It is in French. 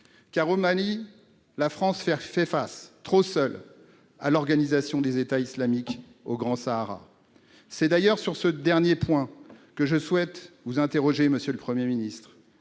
au Mali, la France fait face, trop seule, à l'organisation de l'État islamique dans le Grand Sahara. C'est d'ailleurs sur ce point que je souhaite vous interroger, monsieur le Premier ministre.